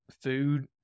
food